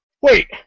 Wait